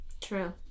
true